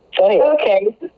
Okay